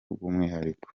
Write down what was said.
bw’umwihariko